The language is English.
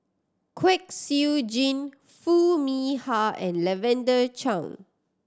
Kwek Siew Jin Foo Mee Har and Lavender Chang